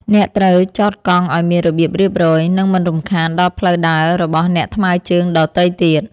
អ្នកត្រូវចតកង់ឱ្យមានរបៀបរៀបរយ និងមិនរំខានដល់ផ្លូវដើររបស់អ្នកថ្មើរជើងដទៃទៀត។